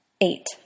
Eight